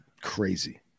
Crazy